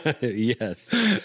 Yes